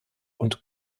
und